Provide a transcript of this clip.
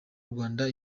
rwanda